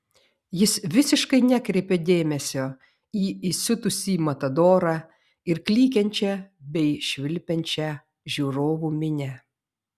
jis visiškai nekreipė dėmesio į įsiutusį matadorą ir klykiančią bei švilpiančią žiūrovų minią